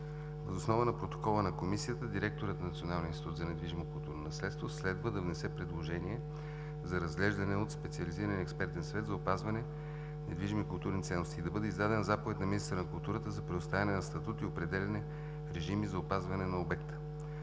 Въз основа на протокола на Комисията директорът на Националния институт за недвижимо културно наследство следва да внесе предложение за разглеждане от специализиран експертен съвет за опазване на недвижими културни ценности и да бъде издадена заповед на министъра на културата за предоставяне на статут и определяне на режими за опазване на обекта.